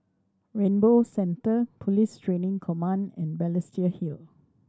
Rainbow Centre Police Training Command and Balestier Hill